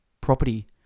property